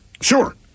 Sure